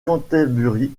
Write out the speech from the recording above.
canterbury